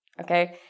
Okay